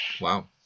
Wow